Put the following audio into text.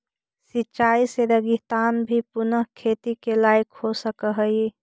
सिंचाई से रेगिस्तान भी पुनः खेती के लायक हो सकऽ हइ